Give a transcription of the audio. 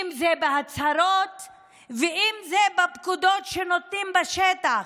אם זה בהצהרות ואם זה בפקודות שנותנים בשטח.